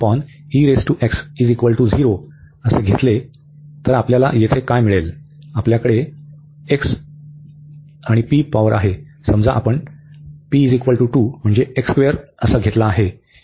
जर आपण हे घेतले तर आपण येथे काय मिळेल आपल्याकडे x पॉवर आहे समजा आपण हा घेतला आहे